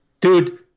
dude